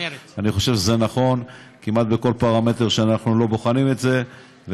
אני חושב שזה נכון כמעט בכל פרמטר שאנחנו בוחנים את זה,